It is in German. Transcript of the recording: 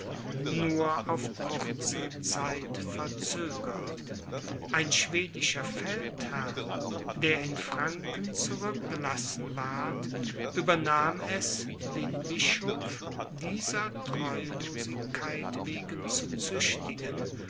nur auf kurze zeit verzögert ein schwedischer feldherr der in franken zurückgelassen ward übernahm es den bischof dieser treulosigkeit wegen zu züchtigen